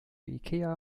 ikea